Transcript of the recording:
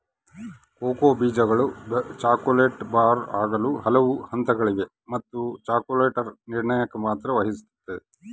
cocoa ಬೀಜಗಳು chocolate bar ಆಗಲು ಹಲವು ಹಂತಗಳಿವೆ ಮತ್ತು ಚಾಕೊಲೇಟರ್ ನಿರ್ಣಾಯಕ ಪಾತ್ರ ವಹಿಸುತ್ತದ